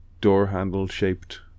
door-handle-shaped